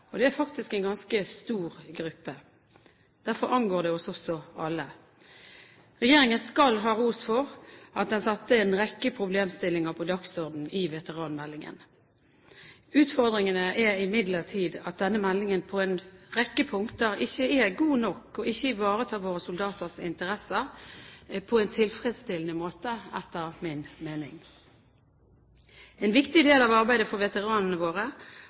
og det er faktisk en ganske stor gruppe. Derfor angår det også oss alle. Regjeringen skal ha ros for at den satte en rekke problemstillinger på dagsordenen i veteranmeldingen. Utfordringene er imidlertid at denne meldingen på en rekke punkter ikke er god nok og ikke ivaretar våre soldaters interesser på en tilfredsstillende måte, etter min mening. En viktig del av arbeidet for veteranene våre